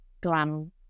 glam